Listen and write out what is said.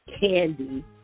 Candy